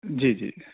جی جی